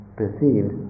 perceived